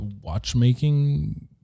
watchmaking